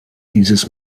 dieses